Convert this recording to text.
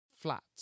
flat